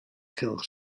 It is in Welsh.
cylch